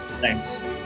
Thanks